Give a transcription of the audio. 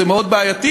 זה מאוד בעייתי,